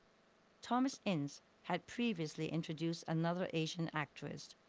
thomas ince had previously introduced another asian actress,